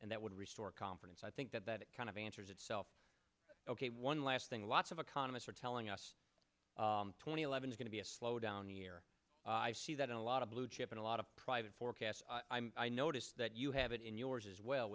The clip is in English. and that would restore confidence i think that that kind of answers itself ok one last thing lots of economists are telling us twenty eleven is going to be a slow down year i see that and a lot of blue chip in a lot of private forecasts i'm i noticed that you have it in yours as well